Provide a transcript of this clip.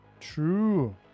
True